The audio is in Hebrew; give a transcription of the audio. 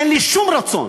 אין לי שום רצון